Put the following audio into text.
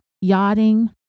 yachting